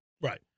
Right